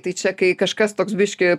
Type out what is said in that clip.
tai čia kai kažkas toks biškį